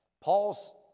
Paul's